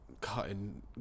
cutting